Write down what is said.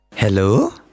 Hello